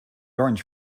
orange